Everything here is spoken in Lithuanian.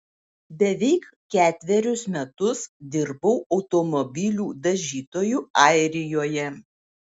beveik ketverius metus dirbau automobilių dažytoju airijoje